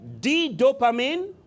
D-dopamine